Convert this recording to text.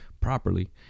properly